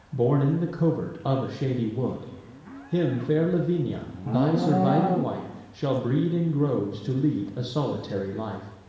born in the covert of a shady wood him fair lavinia, thy surviving wife, shall breed in groves, to lead a solitary life.